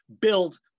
built